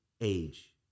age